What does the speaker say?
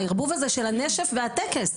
הערבוב הזה של הנשף והטקס.